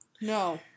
no